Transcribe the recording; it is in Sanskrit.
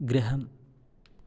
गृहम्